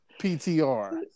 PTR